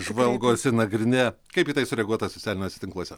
žvalgosi nagrinėja kaip į tai sureaguota socialiniuose tinkluose